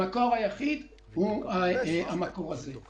המקור היחיד הוא המקור הזה.